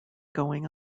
going